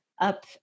up